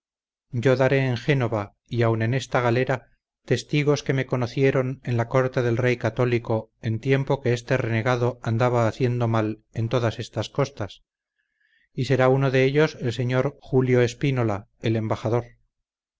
yo daré en génova y aun en esta galera testigos que me conocieron en la corte del rey católico en el tiempo que este renegado andaba haciendo mal en todas estas costas y sera uno de ellos el señor julio espinola el embajador